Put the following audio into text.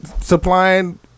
supplying